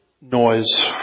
Noise